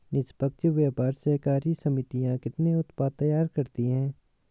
निष्पक्ष व्यापार सहकारी समितियां कितने उत्पाद तैयार करती हैं?